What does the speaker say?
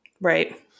Right